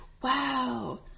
Wow